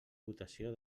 votació